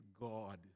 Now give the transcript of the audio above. God